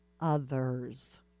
others